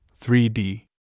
3d